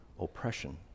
oppression